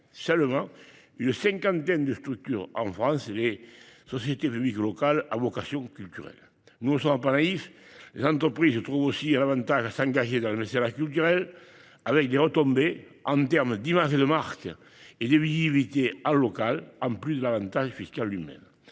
seulement une cinquantaine de structures en France : les sociétés publiques locales à vocation culturelle. Nous ne sommes pas naïfs, les entreprises trouvent aussi un avantage à s'engager dans le mécénat culturel, car elles bénéficient ainsi de retombées en termes d'image de marque et de visibilité locale, en plus de l'avantage fiscal lui-même.